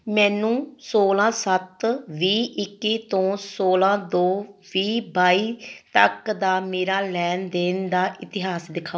ਮੈਨੂੰ ਸੋਲਾਂ ਸੱਤ ਵੀਹ ਇੱਕੀ ਤੋਂ ਸੋਲਾਂ ਦੋ ਵੀਹ ਬਾਈ ਤੱਕ ਦਾ ਮੇਰਾ ਲੈਣ ਦੇਣ ਦਾ ਇਤਿਹਾਸ ਦਿਖਾਓ